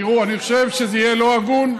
תראו, אני חושב שזה יהיה לא הגון.